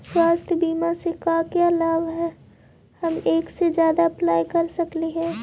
स्वास्थ्य बीमा से का क्या लाभ है हम एक से जादा अप्लाई कर सकली ही?